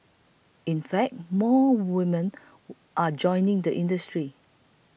in fact more women are joining the industry